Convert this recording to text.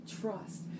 trust